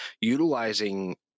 utilizing